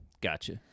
Gotcha